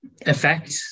effect